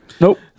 nope